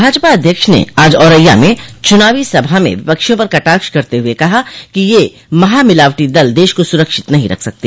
भाजपा अध्यक्ष ने आज औरैया में चुनावी सभा में विपक्षियों पर कटाक्ष करते हुए कहा कि ये महामिलावटी दल देश को सुरक्षित नहीं रख सकते